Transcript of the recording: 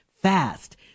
fast